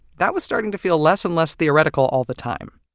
that was starting to feel less and less theoretical all the time!